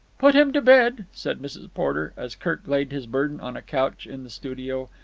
put him to bed, said mrs. porter, as kirk laid his burden on a couch in the studio.